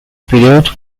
period